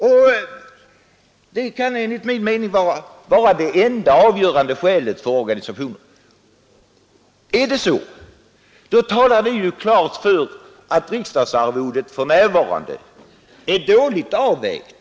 Det kan enligt min mening vara det enda avgörande skälet för organisationen. Är det så talar det ju klart för att riksdagsarvodet för närvarande är illa avvägt.